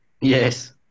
Yes